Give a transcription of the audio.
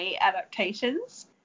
adaptations